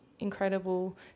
incredible